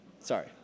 Sorry